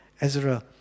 Ezra